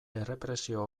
errepresio